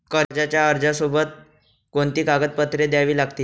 कर्जाच्या अर्जासोबत कोणती कागदपत्रे द्यावी लागतील?